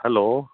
hello